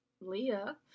Leah